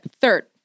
Third